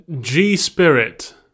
G-Spirit